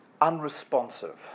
unresponsive